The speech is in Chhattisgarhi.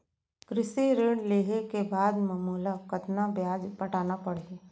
कृषि ऋण लेहे के बाद म मोला कतना ब्याज पटाना पड़ही?